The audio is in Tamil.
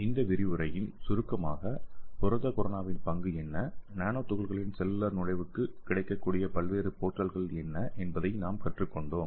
இந்த விரிவுரையின் சுருக்கமாக புரத கொரோனாவின் பங்கு என்ன நானோ துகள்களின் செல்லுலார் நுழைவுக்கு கிடைக்கக்கூடிய பல்வேறு போர்டல்கள் என்ன என்பதை நாம் கற்றுக்கொண்டோம்